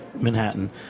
Manhattan